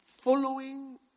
Following